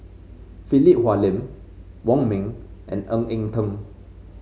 Philip Hoalim Wong Ming and Ng Eng Teng